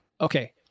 Okay